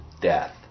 death